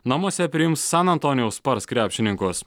namuose priims san antonijaus spars krepšininkus